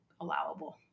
allowable